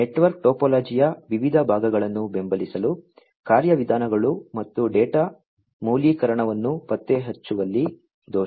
network ಟೋಪೋಲಜಿಯ ವಿವಿಧ ಭಾಗಗಳನ್ನು ಬೆಂಬಲಿಸಲು ಕಾರ್ಯವಿಧಾನಗಳು ಮತ್ತು ಡೇಟಾ ಮೌಲ್ಯೀಕರಣವನ್ನು ಪತ್ತೆಹಚ್ಚುವಲ್ಲಿ ದೋಷ